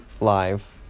live